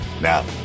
Now